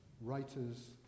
writers